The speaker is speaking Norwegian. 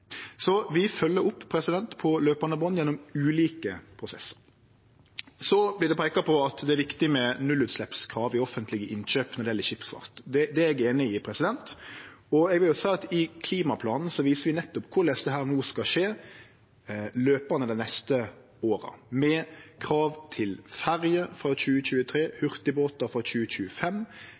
Så vi følgjer opp på løpande band gjennom ulike prosessar. Det vert peika på at det er viktig med nullutsleppskrav i offentlege innkjøp når det gjeld skipsfart. Det er eg einig i. I klimaplanen viser vi nettopp korleis dette no skal skje løpande dei neste åra, med krav til ferjer frå 2023 og til hurtigbåtar frå 2025,